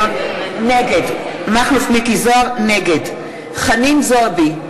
נגד חנין זועבי,